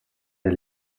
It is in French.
est